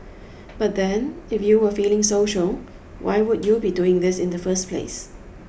but then if you were feeling social why would you be doing this in the first place